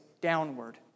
downward